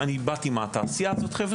אני באתי מהתעשייה הזאת חבר'ה,